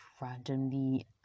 randomly